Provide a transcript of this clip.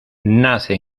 nace